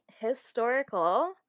historical